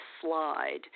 slide